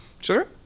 sure